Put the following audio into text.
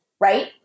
right